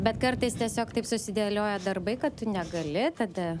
bet kartais tiesiog taip susidėlioja darbai kad tu negali tada